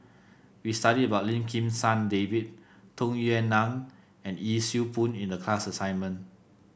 we studied about Lim Kim San David Tung Yue Nang and Yee Siew Pun in the class assignment